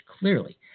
clearly